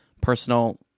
personal